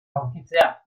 aurkitzea